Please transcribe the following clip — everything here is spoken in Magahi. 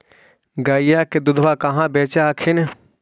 गईया के दूधबा कहा बेच हखिन?